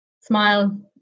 smile